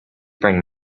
bring